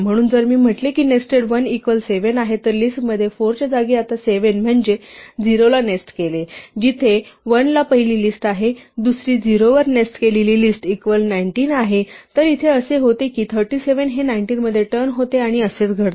म्हणून जर मी म्हंटले की नेस्टेड 1 इक्वल 7 आहे तर लिस्टमध्ये 4 च्या जागी आता 7 म्हणजे 0 ला नेस्ट केले जिथे 1 ला पहिली लिस्ट आहे दुसरी 0 वर नेस्ट केलेली लिस्ट इक्वल 19 आहे तर इथे असे होते कि 37 हे 19 मध्ये टर्न होते आणि असेच घडते